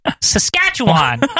Saskatchewan